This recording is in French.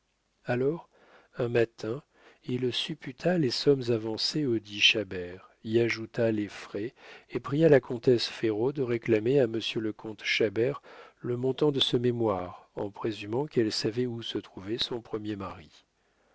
alors un matin il supputa les sommes avancées audit chabert y ajouta les frais et pria la comtesse ferraud de réclamer à monsieur le comte chabert le montant de ce mémoire en présumant qu'elle savait où se trouvait son premier mari